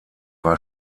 war